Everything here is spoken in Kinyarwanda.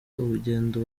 urugendo